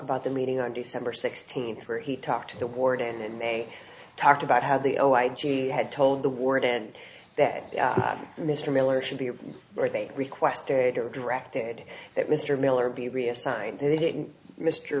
about the meeting on december sixteenth where he talked to the warden and then they talked about how the oh i g had told the warden that mr miller should be a or they requested or directed that mr miller be reassigned they didn't mr